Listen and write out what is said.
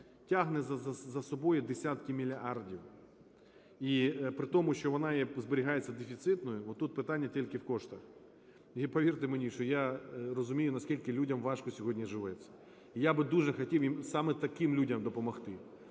тягне за собою десятки мільярдів. І притому, що вона зберігається дефіцитною, отут питання тільки в коштах. І повірте мені, що я розумію, наскільки людям важко сьогодні живеться, і я б дуже хотів саме таким людям допомогти.